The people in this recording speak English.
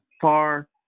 far